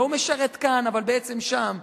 לא הוא משרת כאן אבל בעצם שם.